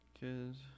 Kids